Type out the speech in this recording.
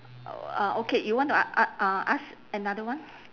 uh okay you want to a~ uh ask another one